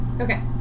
Okay